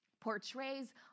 portrays